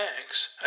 thanks